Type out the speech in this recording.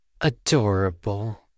adorable